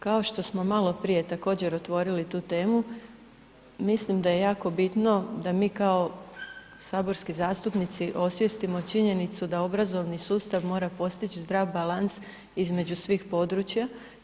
Kao što smo malo prije također otvorili tu temu, mislim da je jako bitno da mi kao saborski zastupnici osvijestimo činjenicu da obrazovni sustav mora postići zdrav balans između svih područja.